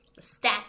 Stats